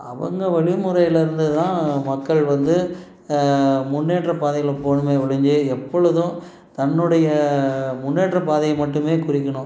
அவங்க வழிமுறையில் இருந்துதான் மக்கள் வந்து முன்னேற்ற பாதையில் போகணுமே ஒழிஞ்சி எப்பொழுதும் தன்னுடைய முன்னேற்ற பாதையை மட்டும் குறிக்கணும்